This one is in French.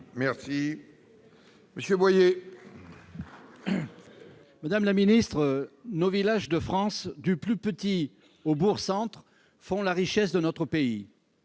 pour la réplique. Madame la ministre, nos villages de France, du plus petit au bourg-centre, font la richesse de notre pays.